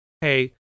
hey